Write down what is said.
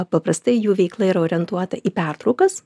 paprastai jų veikla yra orientuota į pertraukas